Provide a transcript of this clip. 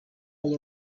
all